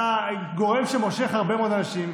אתה גורם שמושך הרבה מאוד אנשים,